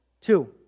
Two